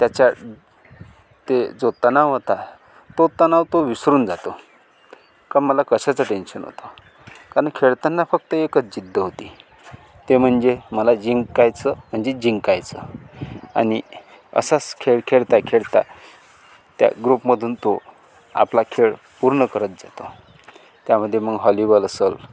त्याच्या ते जो तणाव होता तो तणाव तो विसरून जातो का मला कशाचं टेन्शन होतं कारण खेळताना फक्त एकच जिद्द होती ते म्हणजे मला जिंकायचं म्हणजे जिंकायचं आणि असंच खेळ खेळता खेळता त्या ग्रुपमधून तो आपला खेळ पूर्ण करत जातो त्यामध्ये मग हॉलीबॉल असेल